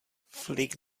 flick